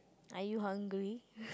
are you hungry